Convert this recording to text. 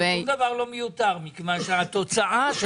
שום דבר לא מיותר מכיוון שהתוצאה של